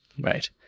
right